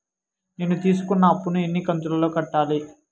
నేను తీసుకున్న అప్పు ను ఎన్ని కంతులలో కట్టాలి?